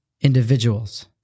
individuals